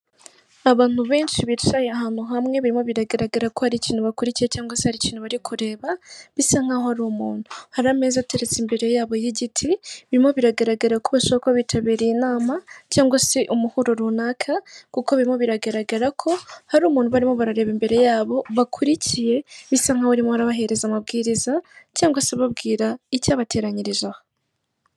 Ipoto rishinze iruhande rw'umuhanda, hejuru hariho itara ndetse n'insinga zijyana amashanyarazi ahandi munsi, hari umugabo uri gutambuka wambaye umupira n'ipantaro y'umukara.